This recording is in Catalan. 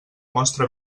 mostra